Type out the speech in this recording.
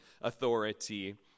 authority